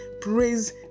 praise